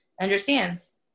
understands